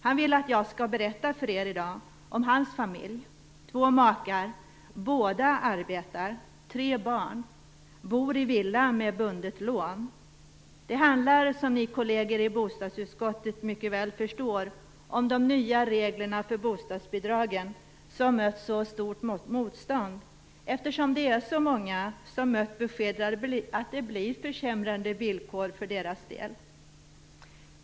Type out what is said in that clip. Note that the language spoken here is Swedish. Han vill att jag i dag skall berätta för er om hans familj - två makar, som båda arbetar, och tre barn. De bor i villa med bundet lån. Det handlar, som ni kolleger i bostadsutskottet mycket väl förstår, om de nya regler för bostadsbidragen som mött så stort motstånd. Det är ju många som mött beskedet att det blir försämrade villkor för deras del.